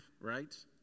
right